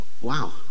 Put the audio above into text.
wow